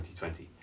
2020